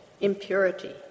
impurity